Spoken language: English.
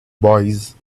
boys